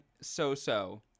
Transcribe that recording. so-so